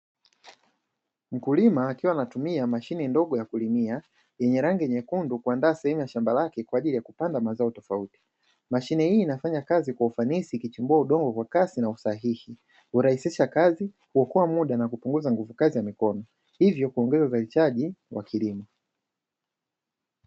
Mkulima akiwa anatumia mashine ndogo ya kulimia yenye rangi nyekundu, kuandaa sehemu ya shamba lake kwa ajili ya kupanda mazao tofauti. Mashine hii inafanya kazi kwa ufanisi, ikichimbua udongo kwa kasi na usahihi. Hurahisisha kazi, huokoa muda na kupunguza nguvu kazi ya mikono, hivyo kuongeza uzalishaji wa kilimo.